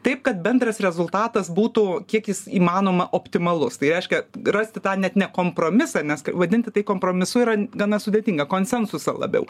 taip kad bendras rezultatas būtų kiek jis įmanoma optimalus tai reiškia rasti tą net ne kompromisą nes vadinti tai kompromisu yra gana sudėtinga konsensuso labiau